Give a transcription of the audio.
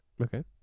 Okay